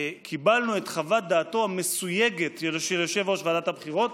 קיבלנו את חוות דעתו המסויגת של יושב-ראש ועדת הבחירות,